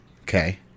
Okay